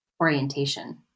orientation